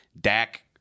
Dak